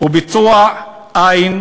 וביצוע אין,